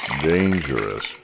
dangerous